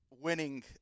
Winning